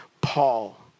Paul